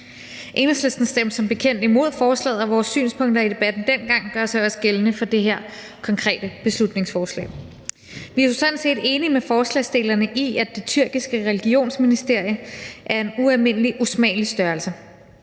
Enhedslisten stemte som bekendt imod forslaget, og vores synspunkter i debatten dengang gør sig også gældende for det her konkrete beslutningsforslag. Vi er jo sådan set enige med forslagsstillerne i, at det tyrkiske religionsministerium er en ualmindelig usmagelig størrelse.